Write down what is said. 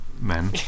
men